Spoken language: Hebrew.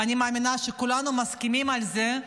ואני מאמינה שכולנו מסכימים על זה,